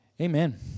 Amen